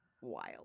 wild